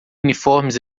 uniformes